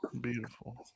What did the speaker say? Beautiful